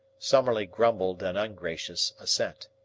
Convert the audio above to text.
summerlee grumbled an ungracious assent.